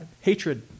hatred